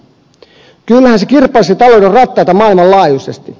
kyllähän se kirpaisi talouden rattaita maailmanlaajuisesti